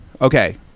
Okay